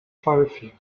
häufig